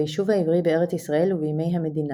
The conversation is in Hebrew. ביישוב העברי בארץ-ישראל ובימי המדינה.